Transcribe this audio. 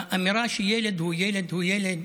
האמירה שילד הוא ילד הוא ילד,